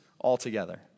altogether